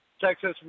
Texas